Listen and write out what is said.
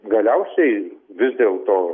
galiausiai vis dėlto